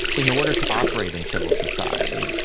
in order to operate in civil society,